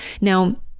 Now